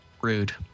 Rude